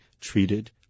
treated